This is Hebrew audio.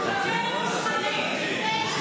מושחתים.